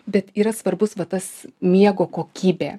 bet yra svarbus va tas miego kokybė